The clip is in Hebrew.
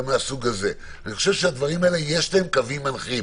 אני חושב שלדברים האלה יש קווים מנחים.